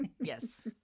Yes